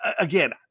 again